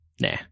Nah